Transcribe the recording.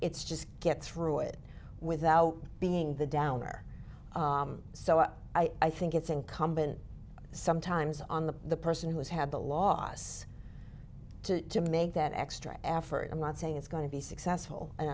it's just get through it without being the downer so i think it's incumbent sometimes on the person who's had the loss to to make that extra effort i'm not saying it's going to be successful and